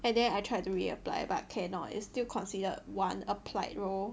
and then I tried to reapply but cannot is still considered one applied role